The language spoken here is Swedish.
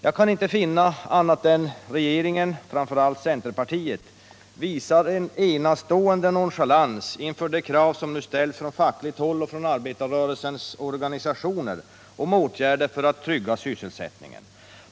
Jag kan inte finna annat än att regeringen, och då framför allt centerpartiet, visar en enastående nonchalans inför de krav som nu ställs från fackligt håll och från arbetarrörelsens organisationer om åtgärder för att trygga sysselsättningen.